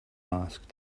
asked